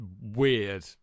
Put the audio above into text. weird